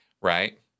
right